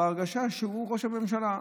הרגשה שהוא ראש הממשלה.